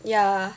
yeah